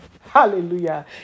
Hallelujah